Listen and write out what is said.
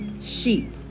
sheep